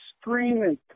screaming